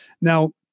Now